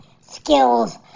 skills